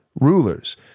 rulers